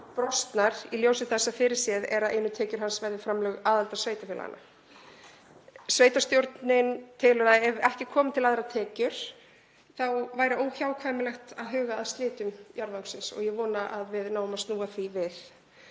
brostnar í ljósi þess að fyrirséð er að einu tekjur hans verði framlög aðildarsveitarfélaganna. Sveitarstjórnin telur að ef ekki komi til aðrar tekjur þá sé óhjákvæmilegt að huga að slitum jarðvangsins. Ég vona að við náum að snúa því við.